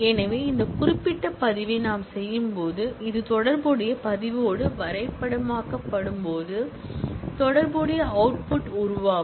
எனவே இந்த குறிப்பிட்ட பதிவை நாம் செய்யும்போது இது தொடர்புடைய பதிவோடு வரைபடமாக்கப்படும்போது அது தொடர்புடைய அவுட்புட் உருவாக்கும்